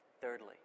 thirdly